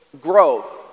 growth